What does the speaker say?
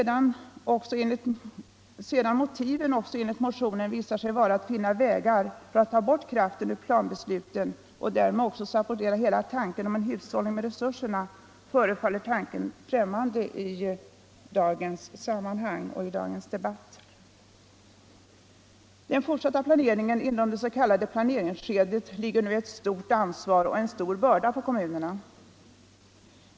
Då sedan motiven enligt motionen visar sig vara att finna vägar för att ta bort kraften ur planbesluten och därmed kanske sabotera hela tanken på en hushållning med resurserna, förefaller uppslaget verkligt främmande i dagens sammanhang. Den fortsatta planeringen inom det s.k. planeringsskedet lägger nu ett stort ansvar och en stor börda på kommunerna.